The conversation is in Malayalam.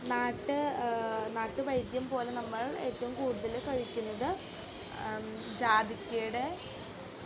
നാട്ടുവൈദ്യം പോലെ നമ്മൾ ഏറ്റവും കൂടുതല് കഴിക്കുന്നത് ജാതിക്കയുടെ